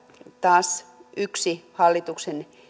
taas yksi hallituksen